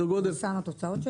פורסמו התוצאות של